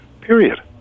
period